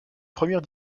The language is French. première